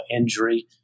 injury